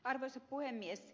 arvoisa puhemies